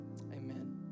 amen